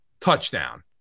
touchdown